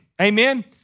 amen